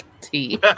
Tea